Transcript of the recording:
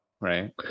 Right